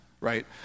right